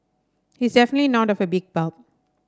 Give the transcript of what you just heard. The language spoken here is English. he is definitely not of a big bulk